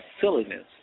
silliness